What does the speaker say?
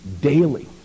daily